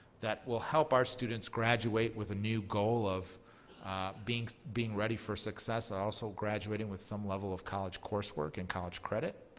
that will help our students graduate with a new goal of being being ready for success and also graduating with some level of college coursework and college credit